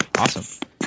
Awesome